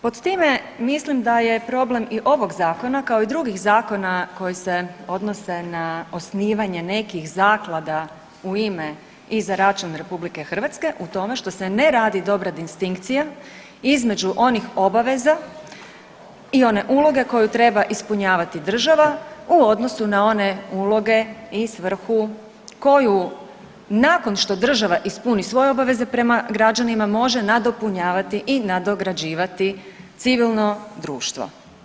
Pod time mislim da je problem i ovog zakona kao i drugih zakona koji se odnose na osnivanje nekih zaklada u ime i za račun RH u tome što se ne radi dobra distinkcija između onih obaveza i one uloge koju treba ispunjavati država u odnosu na one uloge i svrhu koju nakon što država ispuni svoje obaveze prema građanima može nadopunjavati i nadograđivati civilno društvo.